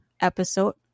episode